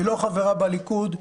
היא לא חברה בליכוד,